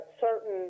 certain